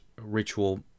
ritual